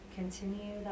continue